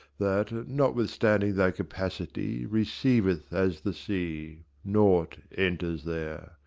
that, notwithstanding thy capacity receiveth as the sea, nought enters there,